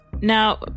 Now